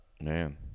man